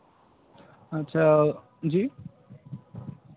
अच्छा जी